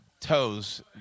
toes